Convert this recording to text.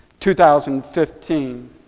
2015